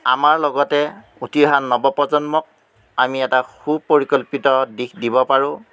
আমাৰ লগতে উঠি অহা নৱপ্ৰজন্মক আমি এটা সুপৰিকল্পিত দিশ দিব পাৰোঁ